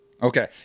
Okay